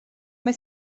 mae